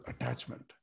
attachment